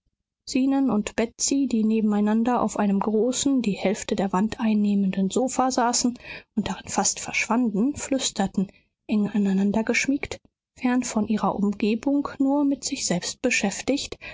zenon und betsy die nebeneinander auf einem großen die hälfte der wand einnehmenden sofa saßen und darin fast verschwanden flüsterten eng aneinandergeschmiegt fern von ihrer umgebung nur mit sich selbst beschäftigt